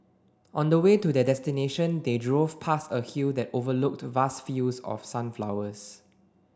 on the way to their destination they drove past a hill that overlooked vast fields of sunflowers